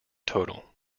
total